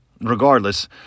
Regardless